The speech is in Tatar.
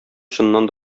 чыннан